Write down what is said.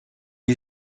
est